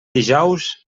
dijous